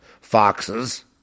Foxes